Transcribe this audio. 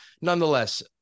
nonetheless